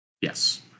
Yes